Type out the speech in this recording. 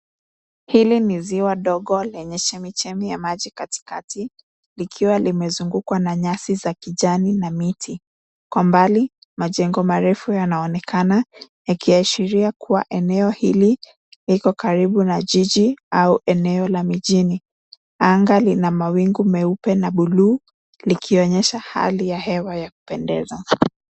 Hili ni ziwa dogo lenye chemchemi ya maji katikati. Likiwa limezungukwa na nyasi za kijani na miti. Kwa mbali, majengo marefu yanaonekana, yakiashiria kuwa eneo hili liko karibu na jiji au eneo la mijini. Anga lina mawingu meupe na buluu, likionyesha hali ya hewa ya kupendeza.